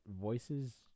voices